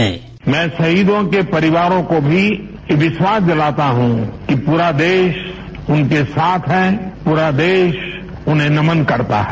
sound bite मैं शहीदों के परिवारों को भी ये विश्वास दिलाता हूं कि पूरा देश उनके साथ है पूरा देश उन्हें नमन करता है